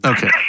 Okay